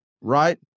right